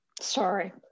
Sorry